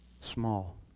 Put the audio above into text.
small